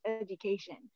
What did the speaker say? education